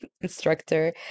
instructor